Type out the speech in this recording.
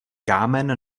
kámen